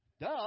Duh